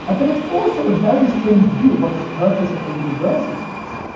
ah but it's also a very strange view what the purpose of a university is.